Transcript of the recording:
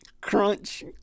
crunch